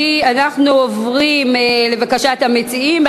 גפני, אני קוראת אותך לסדר בפעם השנייה.